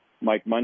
Mike